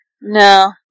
No